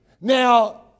Now